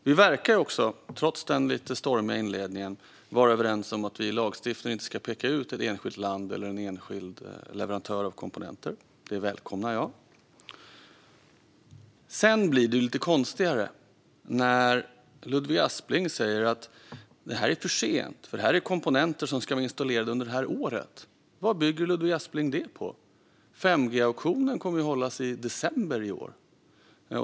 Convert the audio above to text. Vi verkar också, trots den lite stormiga inledningen, vara överens om att vi i lagstiftningen inte ska peka ut ett enskilt land eller en enskild leverantör av komponenter. Det välkomnar jag. Sedan blir det lite konstigare, när Ludvig Aspling säger: Det är för sent, eftersom det är komponenter som ska vara installerade under det här året. Vad bygger Ludvig Aspling det på? 5G-auktionen kommer att hållas i december i år.